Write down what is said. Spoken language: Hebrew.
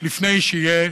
לפני שיהיה